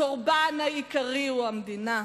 הקורבן העיקרי הוא המדינה,